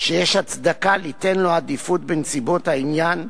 שיש הצדקה ליתן לו עדיפות בנסיבות העניין,